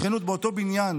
באותו בניין